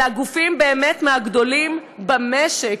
אלא גופים שהם באמת מהגדולים במשק,